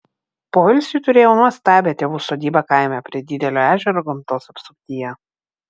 poilsiui turėjau nuostabią tėvų sodybą kaime prie didelio ežero gamtos apsuptyje